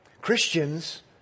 Christians